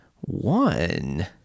one